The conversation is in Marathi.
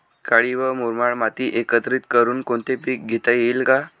काळी व मुरमाड माती एकत्रित करुन कोणते पीक घेता येईल का?